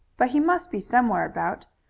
but he must be somewhere about.